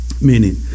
meaning